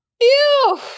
Ew